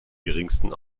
geringsten